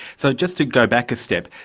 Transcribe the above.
so just to go back a step,